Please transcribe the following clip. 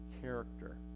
character